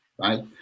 right